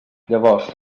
llavors